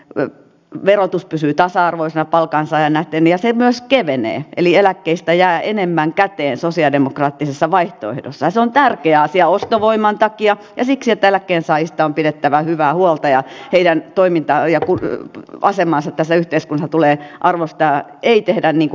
tätä verotus pysyy tasa arvoisia palkansaajan etenijät ja myös kevenee eli eläkkeistä jää enemmän käteen sosialidemokraattisessa vaihtoehdossa se on tärkeä asia ostovoiman takia ja siksi että eläkkeensaajista on pidettävä hyvää huolta ja jan toimintaa ja curry asemansa tässä yhteiskunnan tulee armosta ei tehdä niinku